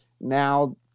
now